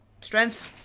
strength